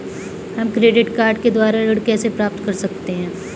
हम credit card के द्वारा ऋण कैसे प्राप्त कर सकते हैं?